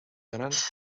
grans